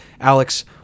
Alex